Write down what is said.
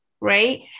Right